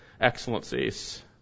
excellencies